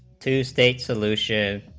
two state solution